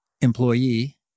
employee